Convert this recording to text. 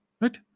right